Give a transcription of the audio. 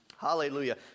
Hallelujah